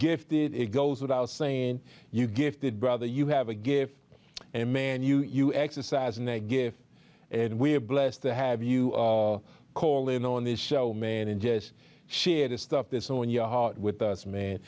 gifted it goes without saying you gifted brother you have a gift and man you you exercise and a gift and we're blessed to have you call in on this show made in just share the stuff that's on your heart with us ma